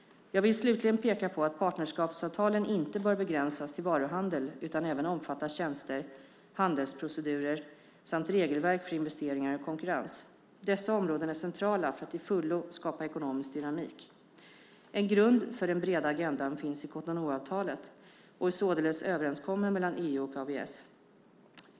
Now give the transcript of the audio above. Jag vill slutligen peka på att partnerskapsavtalen inte bör begränsas till varuhandel utan även omfatta tjänster, handelsprocedurer samt regelverk för investeringar och konkurrens. Dessa områden är centrala för att till fullo skapa ekonomisk dynamik. En grund för den breda agendan finns i Cotonouavtalet och är således överenskommen mellan EU och AVS.